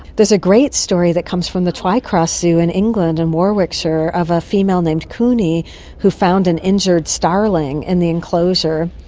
there's a great story that comes from the twycross zoo in england in warwickshire of a female named kuni who found an injured starling in and the enclosure,